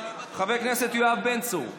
חבר הכנסת יואב בן צור,